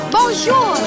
Bonjour